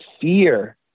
fear